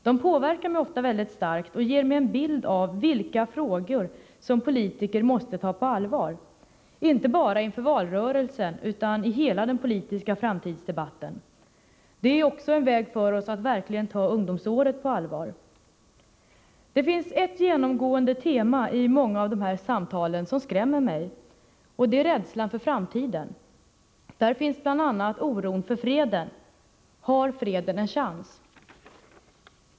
De påverkar mig ofta väldigt starkt och ger mig en bild av vilka frågor som politiker måste ta på allvar — inte bara inför valrörelsen, utan i hela den politiska framtidsdebatten. Det är också en väg för oss att verkligen ta ungdomsåret på allvar. Det finns i många av samtalen ett genomgående tema som skrämmer mig: Det är rädslan för framtiden. Där finns bl.a. oron för freden. Har freden en chans?